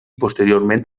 posteriorment